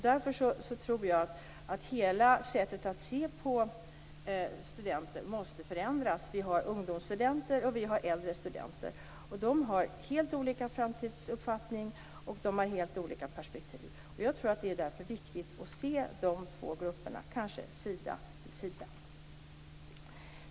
Därför tror jag att hela sättet att se på studenter måste förändras. Vi har ungdomsstudenter och vi har äldre studenter. De har helt olika framtidsuppfattning och helt olika perspektiv. Därför är det viktigt att se de här två grupperna sida vid sida.